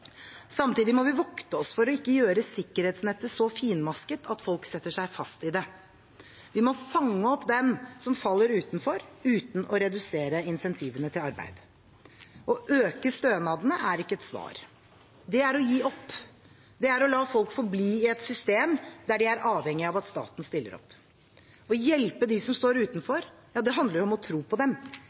Samtidig må vi vokte oss for å ikke gjøre sikkerhetsnettet så finmasket at folk setter seg fast i det. Vi må fange opp dem som faller utenfor uten å redusere insentivene til arbeid. Å øke stønadene er ikke et svar. Det er å gi opp. Det er å la folk forbli i et system der de er avhengige av at staten stiller opp. Å hjelpe dem som står utenfor, handler om å tro på dem,